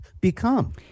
become